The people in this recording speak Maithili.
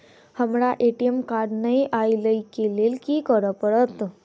हमरा ए.टी.एम कार्ड नै अई लई केँ लेल की करऽ पड़त?